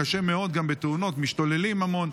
קשה מאוד גם בתאונות, משתוללים המון.